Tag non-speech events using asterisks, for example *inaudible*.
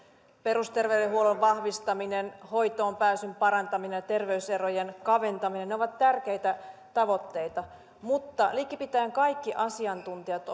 perusterveydenhuollon vahvistaminen hoitoonpääsyn parantaminen ja terveyserojen kaventaminen ovat tärkeitä tavoitteita mutta likipitäen kaikki asiantuntijat *unintelligible*